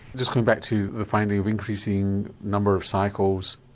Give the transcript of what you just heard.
just coming back to the findings of increasing number of cycles,